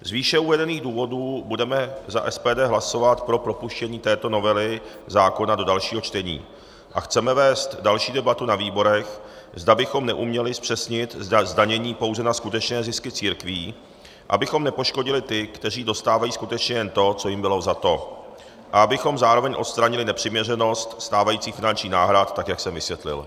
Z výše uvedených důvodů budeme za SPD hlasovat pro propuštění této novely zákona do dalšího čtení a chceme vést další debatu na výborech, zda bychom neuměli zpřesnit zdanění pouze na skutečné zisky církví, abychom nepoškodili ty, kteří dostávají skutečně jen to, co jim bylo vzato, a abychom zároveň odstranili nepřiměřenost stávajících finančních náhrad tak, jak jsem vysvětlil.